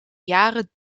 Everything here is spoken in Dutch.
jaren